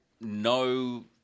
no